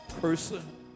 person